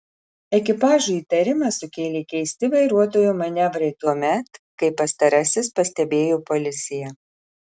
ekipažui įtarimą sukėlė keisti vairuotojo manevrai tuomet kai pastarasis pastebėjo policiją